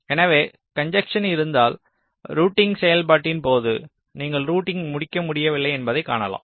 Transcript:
எனவே கன்ஜஸ்ஸென் இருந்தால் ரூட்டிங் செயல்பாட்டின் போது நீங்கள் ரூட்டிங் முடிக்க முடியவில்லை என்பதைக் காணலாம்